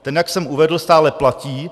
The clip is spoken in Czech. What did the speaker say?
Ten, jak jsem uvedl, stále platí.